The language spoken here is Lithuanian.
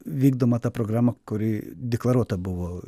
vykdoma ta programa kuri deklaruota buvo